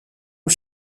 aux